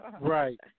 Right